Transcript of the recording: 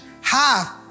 half